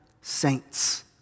saints